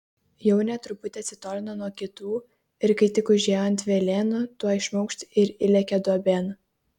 jaunė truputį atsitolino nuo kitų ir kai tik užėjo ant velėnų tuoj šmukšt ir įlėkė duobėn